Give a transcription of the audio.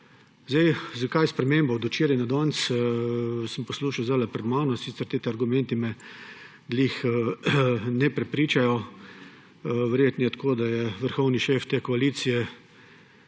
Zakaj sprememba od včeraj na danes sem poslušal zdaj pred mano, in sicer ti argumenti me ravno ne prepričajo, verjetno je tako, da je vrhovni šef te koalicije